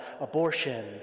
abortion